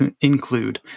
include